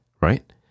right